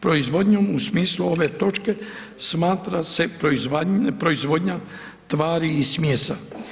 Proizvodnjom u smislu ove točke smatra se proizvodnja tvari i smjesa.